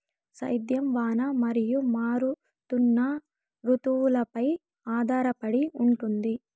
సేద్యం వాన మరియు మారుతున్న రుతువులపై ఆధారపడి ఉంటుంది